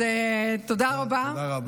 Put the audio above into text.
אז תודה רבה, תודה רבה.